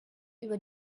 über